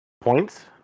points